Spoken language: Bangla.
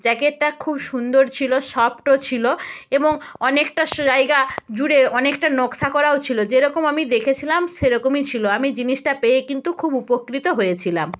জ্যাকেটটা খুব সুন্দর ছিল সফ্টও ছিল এবং অনেকটা জায়গা জুড়ে অনেকটা নকশা করাও ছিল যেরকম আমি দেখেছিলাম সেরকমই ছিল আমি জিনিসটা পেয়ে কিন্তু খুব উপকৃত হয়েছিলাম